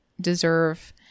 deserve